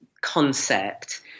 concept